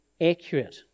accurate